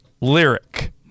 lyric